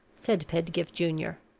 said pedgift junior.